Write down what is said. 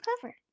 cover